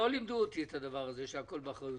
לא לימדו אותי את הדבר הזה, שהכול באחריותכם.